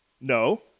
No